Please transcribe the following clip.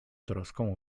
troską